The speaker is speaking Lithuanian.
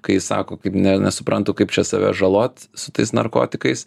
kai sako kaip ne nesuprantu kaip čia save žalot su tais narkotikais